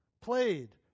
played